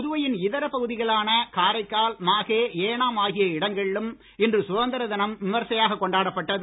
புதுவையின் இதர பகுதிகளான காரைக்கால் மாகே ஏனாம் ஆகிய இடங்களிலும் இன்று சுதந்திர தினம் விமர்சையாக கொண்டாடப்பட்டது